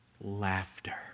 Laughter